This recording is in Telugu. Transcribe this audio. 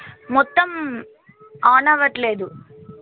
మొత్తం ఆన్ అవ్వట్లేదు